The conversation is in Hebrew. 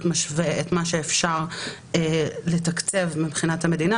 משווה את מה שאפשר לתקצב מבחינת המדינה.